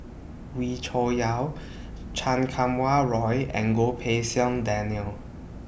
Wee Cho Yaw Chan Kum Wah Roy and Goh Pei Siong Daniel